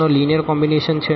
નો linear combination છે